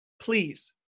Please